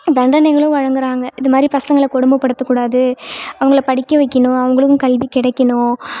தண்டனைங்களும் வழங்குகிறாங்க இதுமாதிரி பசங்களை கொடுமைப் படுத்தக்கூடாது அவங்கள படிக்க வைக்கணும் அவங்களுக்கும் கல்வி கிடைக்கணும்